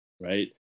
Right